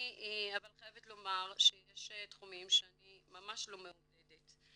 אני אבל חייבת לומר שיש תחומים שאני ממש לא מעודדת.